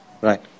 Right